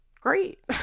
great